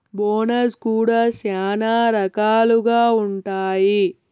bonus కూడా శ్యానా రకాలుగా ఉంటాయి